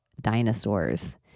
dinosaurs